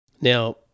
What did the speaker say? Now